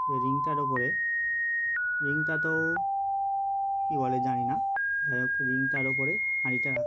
যে রিংটার ওপরে রিংটাতো কী বলে জানি না যাই হোক রিংটার ওপরে হাঁড়িটা রাখা